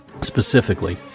specifically